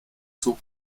zog